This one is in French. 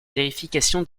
vérification